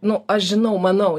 nu aš žinau manau